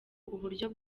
uburyo